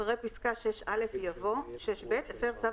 אחרי פסקה (6א) יבוא: "(6ב) הפר צו